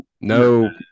no